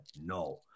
no